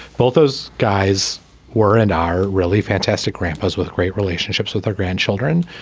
both those guys were and are really fantastic grandpas with great relationships with their grandchildren.